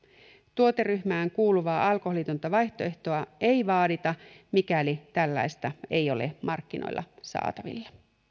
tuoteryhmään kuuluvaa alkoholitonta vaihtoehtoa ei vaadita mikäli tällaista ei ole markkinoilla saatavilla